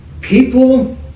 People